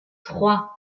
trois